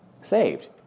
saved